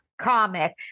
comic